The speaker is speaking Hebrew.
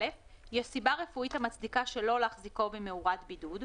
(א)יש סיבה רפואית המצדיקה שלא להחזיקו במאורת בידוד,